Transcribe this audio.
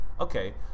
Okay